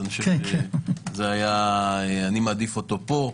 ואני מעדיף אותו פה,